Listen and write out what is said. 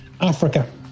Africa